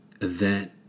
event